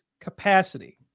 Capacity